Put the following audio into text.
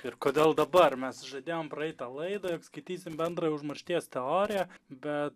ir kodėl dabar mes žadėjom praeitą laidą jog skaitysim bendrąją užmaršties teoriją bet